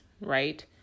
right